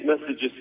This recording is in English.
messages